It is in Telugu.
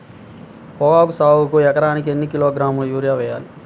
పొగాకు సాగుకు ఎకరానికి ఎన్ని కిలోగ్రాముల యూరియా వేయాలి?